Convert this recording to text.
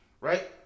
right